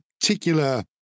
particular